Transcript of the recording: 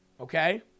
okay